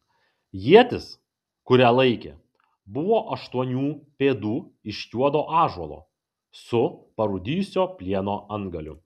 ietis kurią laikė buvo aštuonių pėdų iš juodo ąžuolo su parūdijusio plieno antgaliu